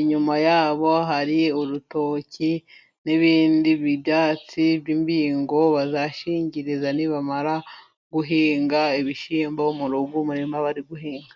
inyuma ya bo hari urutoki n'ibindi byatsi by' mbigo, bazashingiriza nibamara guhinga ibishyimbo mu rugo, umurima bari guhinga.